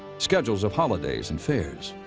schedules of holidays and fairs,